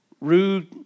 rude